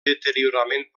deteriorament